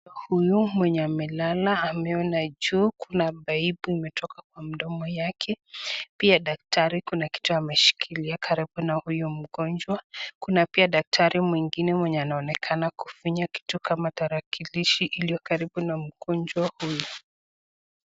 Huyu mwenye amelala ameonajuu, kuna pipe umetoka kwa mdomo yake, pia daktari kuna kitu ameshikilia karibu na huyu mgonjwa. Kuna pia daktari mwingine mwenye anaonekana kufinya kitu kama tarakilishi iliyo karibu na mgonjwa huyu.